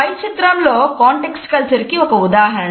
పై చిత్రం లో context culture కి ఒక ఉదాహరణ